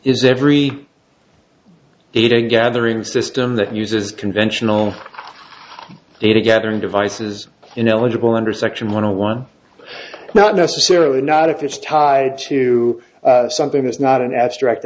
is every leader gathering system that uses conventional data gathering devices in eligible under section one hundred one not necessarily not if it's tied to something that's not an abstract